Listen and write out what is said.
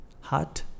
hot